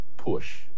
Push